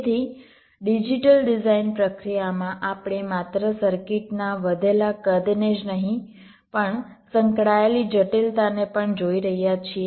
તેથી digital design પ્રક્રિયામાં આપણે માત્ર સર્કિટના વધેલા કદને જ નહીં પણ સંકળાયેલી જટિલતાને પણ જોઈ રહ્યા છીએ